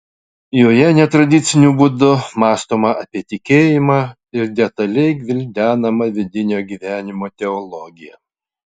joje netradiciniu būdu mąstoma apie tikėjimą ir detaliai gvildenama vidinio gyvenimo teologija